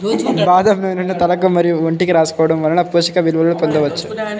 బాదం నూనెను తలకు మరియు ఒంటికి రాసుకోవడం వలన పోషక విలువలను పొందవచ్చు